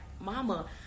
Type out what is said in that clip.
mama